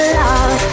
love